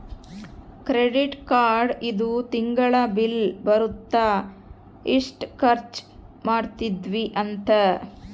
credit card ಇಂದು ತಿಂಗಳ bill ಬರುತ್ತ ಎಸ್ಟ ಖರ್ಚ ಮದಿದ್ವಿ ಅಂತ